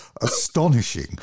astonishing